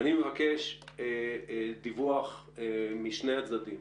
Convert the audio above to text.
אני מבקש דיווח משני הצדדים